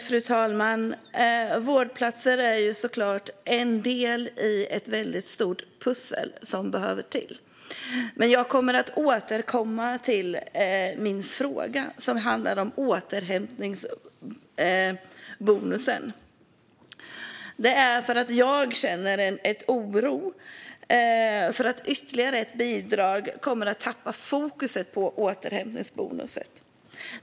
Fru talman! Vårdplatser är såklart en del i ett väldigt stort pussel som behöver göras. Men jag återkommer till min fråga som handlar om återhämtningsbonusen. Jag känner en oro för att ytterligare ett bidrag kommer att innebära att man tappar fokus på återhämtningsbonusen.